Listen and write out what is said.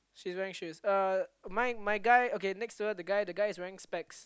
she's wearing shoes uh my my guy okay next to her the guy the guy is wearing specs she's wearing shoes